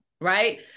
right